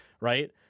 Right